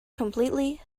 completely